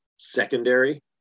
secondary